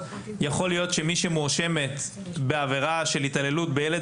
יכול להיות שמי שמואשמת בעבירת התעללות בילד